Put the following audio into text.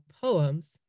poems